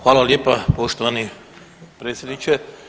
Hvala lijepa poštovani predsjedniče.